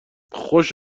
خوش